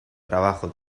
trabajo